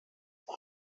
then